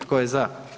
Tko je za?